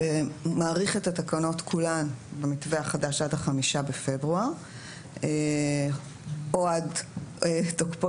ומאריך את התקנות כולן במתווה החדש עד ה-5 בפברואר או עד תוקפו